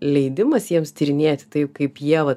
leidimas jiems tyrinėti tai kaip ieva